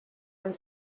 amb